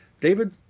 David